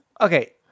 Okay